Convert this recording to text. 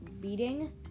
beating